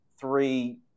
three